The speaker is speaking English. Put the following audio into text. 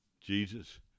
Jesus